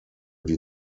die